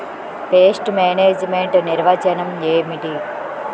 Pest management నిర్వచనం ఏమిటి?